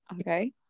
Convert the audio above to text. okay